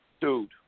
Dude